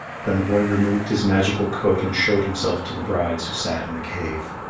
then the boy removed his magical coat and showed himself to the brides who sat in the cave.